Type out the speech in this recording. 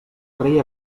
rei